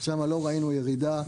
שם לא ראינו ירידה.